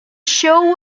show